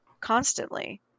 constantly